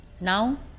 Now